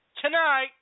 Tonight